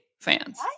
fans